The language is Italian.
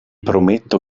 prometto